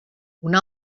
una